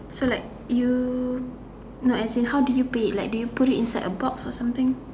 so like you as in how do you pay do you put it inside a box or something